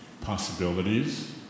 possibilities